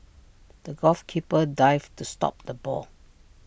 the goalkeeper dived to stop the ball